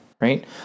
right